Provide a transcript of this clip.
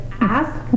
ask